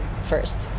first